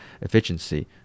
efficiency